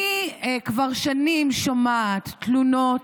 אני כבר שנים שומעת תלונות,